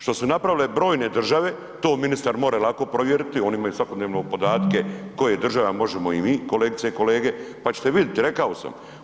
Što su napravile brojne države, to ministar more lako provjeriti, oni imaju svakodnevno podatke koje države, a možemo i mi kolegice i kolege, pa ćete vidjeti, rekao sam.